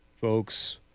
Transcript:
folks